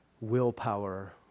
willpower